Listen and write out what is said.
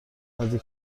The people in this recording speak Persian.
نزدیک